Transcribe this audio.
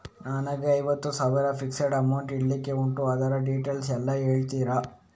ನನಗೆ ಐವತ್ತು ಸಾವಿರ ಫಿಕ್ಸೆಡ್ ಅಮೌಂಟ್ ಇಡ್ಲಿಕ್ಕೆ ಉಂಟು ಅದ್ರ ಡೀಟೇಲ್ಸ್ ಎಲ್ಲಾ ಹೇಳ್ತೀರಾ?